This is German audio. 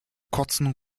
kurzen